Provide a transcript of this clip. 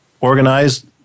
organized